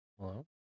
Hello